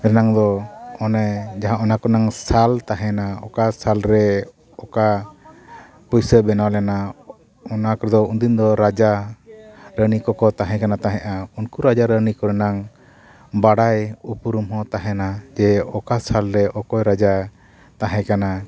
ᱨᱮᱱᱟᱜ ᱫᱚ ᱚᱱᱮ ᱡᱟᱦᱟᱸ ᱚᱱᱟ ᱠᱚᱨᱮᱱᱟᱜ ᱥᱟᱞ ᱛᱟᱦᱮᱱᱟ ᱚᱠᱟ ᱥᱟᱞ ᱨᱮ ᱚᱠᱟ ᱯᱩᱭᱥᱟᱹ ᱵᱮᱱᱟᱣ ᱞᱮᱱᱟ ᱚᱱᱟ ᱠᱚᱫᱚ ᱩᱱ ᱫᱤᱱ ᱫᱚ ᱨᱟᱡᱟ ᱨᱟᱹᱱᱤ ᱠᱚ ᱠᱚ ᱛᱟᱦᱮᱸᱜ ᱠᱟᱱᱟ ᱛᱟᱦᱮᱸᱜᱼᱟ ᱩᱱᱠᱩ ᱨᱟᱡᱟ ᱨᱟᱹᱱᱤ ᱠᱚᱨᱮᱱᱟᱜ ᱵᱟᱰᱟᱭ ᱩᱯᱨᱩᱢ ᱦᱚᱸ ᱛᱟᱦᱮᱱᱟ ᱛᱮ ᱚᱠᱟ ᱥᱟᱞ ᱨᱮ ᱚᱠᱚᱭ ᱨᱟᱡᱟ ᱛᱟᱦᱮᱸ ᱠᱟᱱᱟᱭ